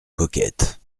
coquette